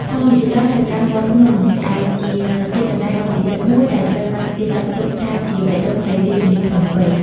ធម្មយាត្រាទៅកាន់វត្តភ្នំ ដែលជាទីកន្លែងដ៏ពិសិដ្ឋមួយដែលត្រូវបានគេចាត់ទុកថាជាបេះដូងនៃរាជធានីភ្នំពេញ។